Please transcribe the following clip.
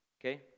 Okay